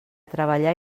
treballar